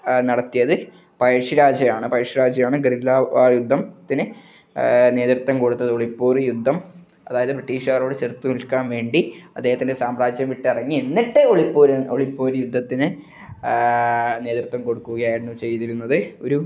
നടത്തിയത് പഴശ്ശി രാജയാണ് പഴശ്ശി രാജയാണ് ഗറില്ലാ വാർ യുദ്ധത്തിന് നേതൃത്വം കൊടുത്തത് ഒളിപ്പോര് യുദ്ധം അതായത് ബ്രിട്ടീഷുകാരോട് ചെറുത്തു നിൽക്കാൻ വേണ്ടി അദ്ദേഹത്തിൻ്റെ സാമ്രാജ്യം വിട്ടിറങ്ങി എന്നിട്ട് ഒളിപ്പോര് ഒളിപ്പോര് യുദ്ധത്തിന് നേതൃത്വം കൊടുക്കുകയായിരുന്നു ചെയ്തിരുന്നത് ഒരു